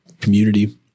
community